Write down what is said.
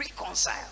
reconcile